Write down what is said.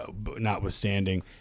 notwithstanding